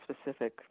specific